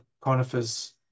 conifers